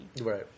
Right